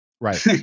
right